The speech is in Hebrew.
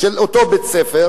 של אותו בית-ספר,